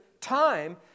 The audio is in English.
time